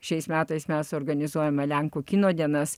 šiais metais mes organizuojame lenkų kino dienas